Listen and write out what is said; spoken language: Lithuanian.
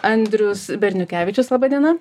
andrius berniukevičius laba diena